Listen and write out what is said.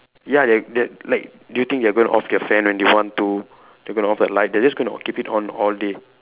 ya they're they're like do you think they're going to off their fan when they want to they're going to off their light they're just going to keep it on all day